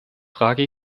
frage